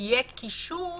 יהיה קישור